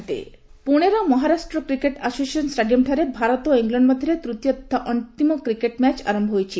cricket ପୁଣେର Maharashtra cricket association ଷ୍ଟାଡିୟମଠାରେ ଭାରତ ଓ ଇଂଲଣ୍ଡ ମଧ୍ୟରେ ତୂତୀୟ ତଥା ଅଞ୍ଚିମ କ୍ରିକେଟ୍ ମ୍ୟାଚ୍ ଆରମ୍ଭ ହୋଇଛି